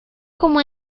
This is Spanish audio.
como